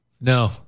no